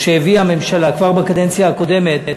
או שהביאה הממשלה כבר בקדנציה הקודמת,